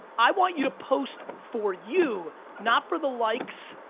i want you to post for you not for the likes,